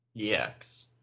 EX